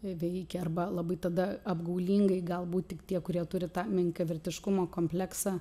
veikia arba labai tada apgaulingai galbūt tik tie kurie turi tą menkavertiškumo kompleksą